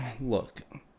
look